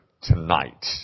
tonight